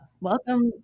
welcome